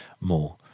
more